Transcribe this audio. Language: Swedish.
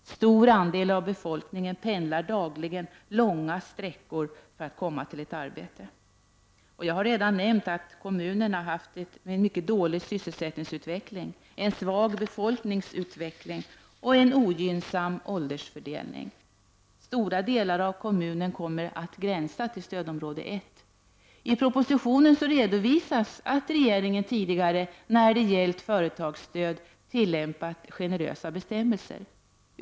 En stor andel av befolkningen pendlar dagligen långa sträckor för att komma till ett arbete. Jag har redan nämnt att kommunen haft en mycket dålig sysselsättningsutveckling, en svag befolkningsutveckling och en ogynnsam åldersfördelning. Stora delar av kommunen kommer att gränsa till stödområde 1. I propositionen redovisas att regeringen tidigare när det gällt företagsstöd tillämpat generösa bestämmelser.